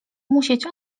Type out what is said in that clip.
musieć